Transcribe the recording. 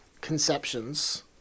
conceptions